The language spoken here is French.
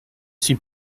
suis